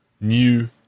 new